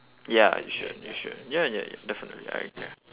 ya you should you should ya ya definitely ah yeah